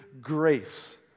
grace